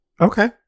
Okay